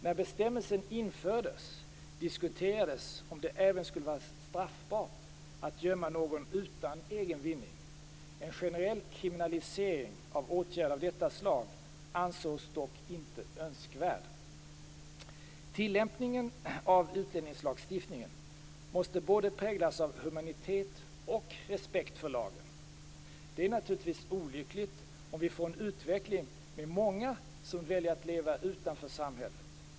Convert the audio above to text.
När bestämmelsen infördes diskuterades om det även skulle vara straffbart att gömma någon utan egen vinning. En generell kriminalisering av åtgärder av detta slag ansågs dock inte önskvärd. Tillämpningen av utlänningslagstiftningen måste präglas av både humanitet och respekt för lagen. Det är naturligtvis olyckligt om vi får en utveckling med många som väljer att leva utanför samhället.